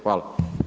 Hvala.